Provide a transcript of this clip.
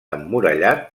emmurallat